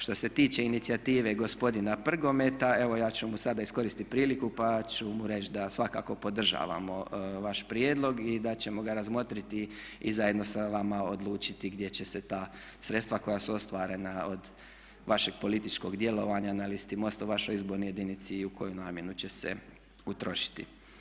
Što se tiče inicijative gospodina Prgometa evo ja ću sada iskoristiti priliku pa ću mu reći da svakako podržavamo vaš prijedlog i da ćemo ga razmotriti i zajedno sa vama odlučiti gdje će se ta sredstva koja su ostvarena od vašeg političkog djelovanja na listi MOST u vašoj izbornoj jedinici i u koju namjenu će se utrošiti.